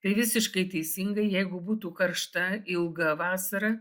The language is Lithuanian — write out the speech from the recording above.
tai visiškai teisingai jeigu būtų karšta ilga vasara